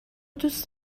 دوست